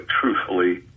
truthfully